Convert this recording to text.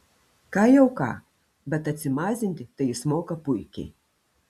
ką jau ką bet atsimazinti tai jis moka puikiai